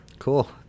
Cool